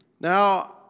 Now